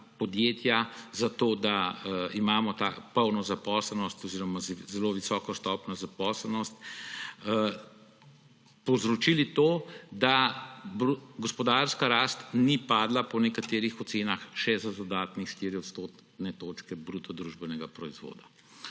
podjetja, da imamo polno zaposlenost oziroma zelo visoko stopnjo zaposlenosti, povzročili to, da gospodarska rast ni padla po nekaterih ocenah še za dodatne 4 odstotne točke bruto družbenega proizvoda.